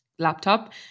laptop